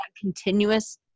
continuous